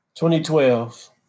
2012